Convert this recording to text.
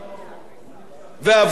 ואבטלה המונית.